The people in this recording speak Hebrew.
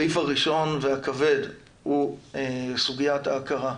הסעיף הראשון והכבד הוא סוגיית ההכרה,